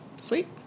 Sweet